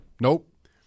nope